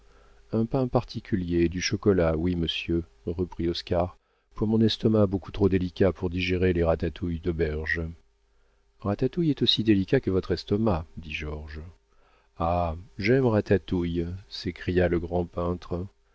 un pain particulier et du chocolat oui monsieur reprit oscar pour mon estomac beaucoup trop délicat pour digérer les ratatouilles d'auberge ratatouille est aussi délicat que votre estomac dit georges ah j'aime ratatouille s'écria le grand peintre